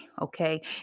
okay